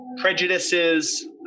prejudices